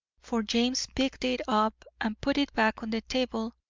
for james picked it up and put it back on the table,